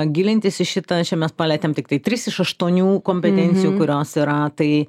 gilintis į šitą čia mes palietėm tiktai tris iš aštuonių kompetencijų kurios yra tai